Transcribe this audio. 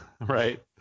right